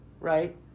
right